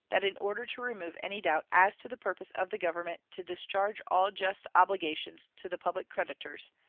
that in order to remove any doubt as to the purpose of the government to discharge all just obligations to the public creditors,